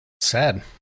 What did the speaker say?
sad